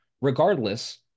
regardless